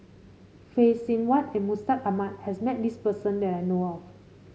Phay Seng Whatt and Mustaq Ahmad has met this person that I know of